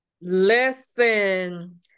Listen